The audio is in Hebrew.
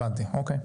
הבנתי, אוקיי.